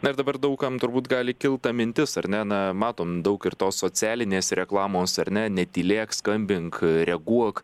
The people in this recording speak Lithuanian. na ir dabar daug kam turbūt gali kilt ta mintis ar ne na matom daug ir tos socialinės reklamos ar ne netylėk skambink reaguok